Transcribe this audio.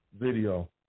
video